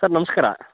sir ನಮಸ್ಕಾರ